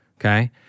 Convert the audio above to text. Okay